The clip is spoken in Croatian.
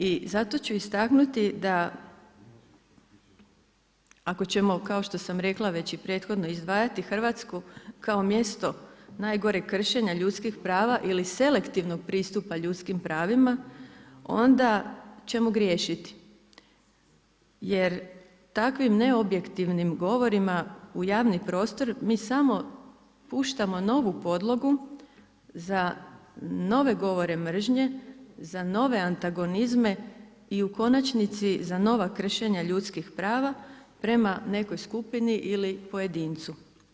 I zato ću istaknuti da ako ćemo kao što sam rekla već i prethodno izdvajati Hrvatsku kao mjesto najgoreg kršenja ljudskih prava ili selektivnog pristupa ljudskim pravima, onda ćemo griješiti jer takvim neobjektivnim govorima u javni prostor, mi samo puštamo novu podlogu za nove govore mržnje, za nove antagonizme i u konačnici za nova kršenja ljudskih prava prema nekoj skupini ili pojedincu.